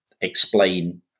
explain